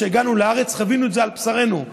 כשהגענו לארץ חווינו את זה על בשרנו.